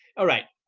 all right,